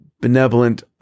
benevolent